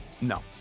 no